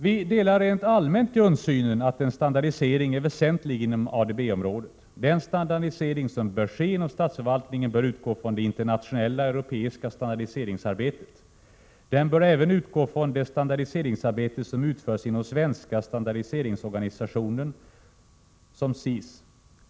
Vi delar rent allmänt grundsynen att en standardisering är väsentlig inom ADB-området. Den standardisering som bör ske inom statsförvaltningen bör utgå från det internationella och europeiska standardiseringsarbetet. Den bör även utgå från det standardiseringsarbete som utförs inom svenska standardiseringsorganisationen, SIS.